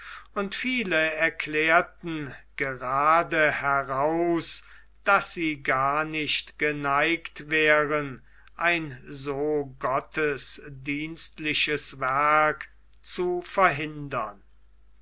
und viele erklärten gerade heraus daß sie gar nicht geneigt wären ein so gottesdienstliches werk zu verhindern